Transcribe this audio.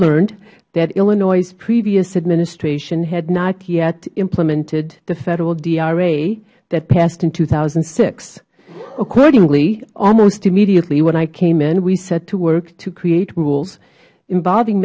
learned that illinois previous administration had not yet implemented the federal dra that passed in two thousand and six accordingly almost immediately when i came in we set to work to create rules involving